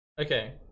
Okay